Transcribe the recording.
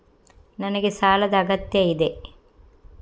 ನನಗೆ ಸಾಲದ ಅಗತ್ಯ ಇದೆ?